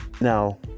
Now